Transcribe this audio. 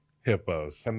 Hippos